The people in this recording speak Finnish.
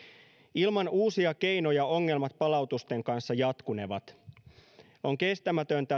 ilman uusia keinoja ongelmat palautusten kanssa jatkunevat on kestämätöntä